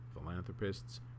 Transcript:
philanthropist's